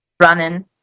running